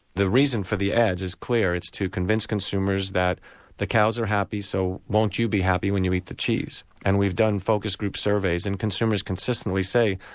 the reason for the ads is clear. it's to convince consumers that the cows are happy, so won't you be happy when you eat the cheese. and we've done focus group surveys, and consumers consistently say,